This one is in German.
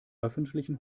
öffentlichen